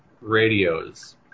radios